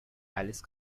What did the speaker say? alice